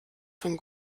von